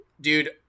dude